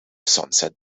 sunset